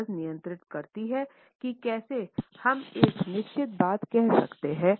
आवाज़ नियंत्रित करती है कि कैसे हम एक निश्चित बात कहते हैं